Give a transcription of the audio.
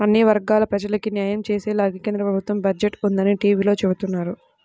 అన్ని వర్గాల ప్రజలకీ న్యాయం చేసేలాగానే కేంద్ర ప్రభుత్వ బడ్జెట్ ఉందని టీవీలో చెబుతున్నారు